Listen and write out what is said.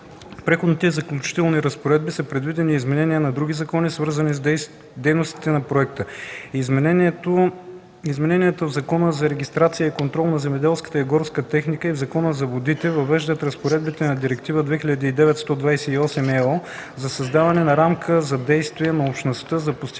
Преходните и заключителните разпоредби са предвидени изменения на други закони, свързани с дейностите по законопроекта. Измененията в Закона за регистрация и контрол на земеделската и горската техника и в Закона за водите въвеждат разпоредбите на Директива 2009/128/ЕО за създаване на рамка за действие на Общността за постигане